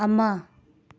ꯑꯃ